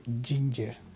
ginger